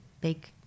big